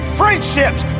friendships